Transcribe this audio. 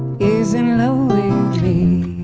is in love with me.